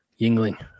yingling